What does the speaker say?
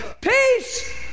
Peace